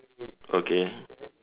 okay